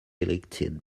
elected